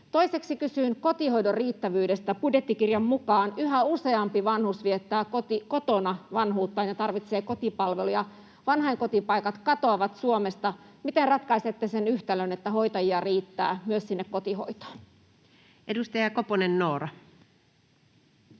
Toiseksi kysyn kotihoidon riittävyydestä. Budjettikirjan mukaan yhä useampi vanhus viettää kotona vanhuuttaan ja tarvitsee kotipalveluja. Vanhainkotipaikat katoavat Suomesta. Miten ratkaisette sen yhtälön, että hoitajia riittää myös sinne kotihoitoon? [Speech